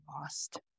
lost